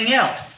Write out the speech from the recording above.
else